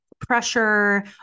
pressure